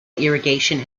irrigation